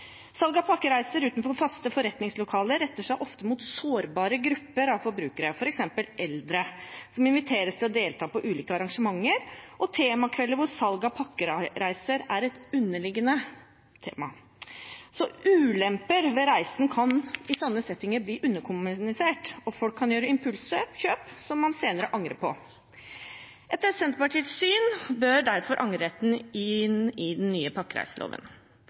av pakkereiser utenfor faste forretningslokaler retter seg ofte mot sårbare grupper av forbrukere, f.eks. eldre som inviteres til å delta på ulike arrangementer, og temakvelder hvor salg av pakkereiser er et underliggende tema. Ulemper ved reisen kan i slike settinger bli underkommunisert, og folk kan gjøre impulskjøp som man senere angrer på. Etter Senterpartiets syn bør derfor angreretten inn i den nye pakkereiseloven.